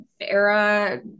era